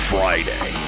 Friday